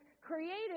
creative